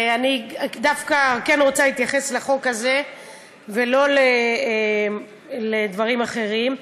אני דווקא כן רוצה להתייחס לחוק הזה ולא לדברים אחרים.